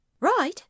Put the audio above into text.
Right